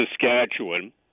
Saskatchewan